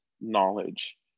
knowledge